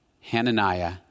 Hananiah